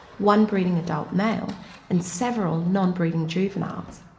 one breeding adult male and several non-breeding juveniles.